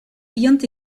ayant